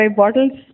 bottles